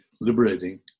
liberating